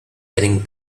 getting